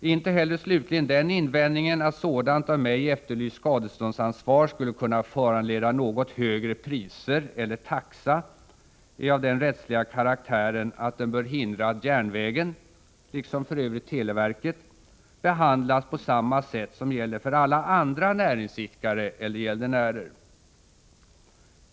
Slutligen: Inte heller den invändningen, att sådant av mig efterlyst skadeståndsansvar skulle kunna föranleda något högre priser eller taxa, är av den rättsliga karaktären att den bör hindra att järnvägen — liksom för övrigt televerket — behandlas på samma sätt som alla andra näringsidkare eller gäldenärer.